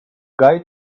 guy